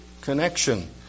connection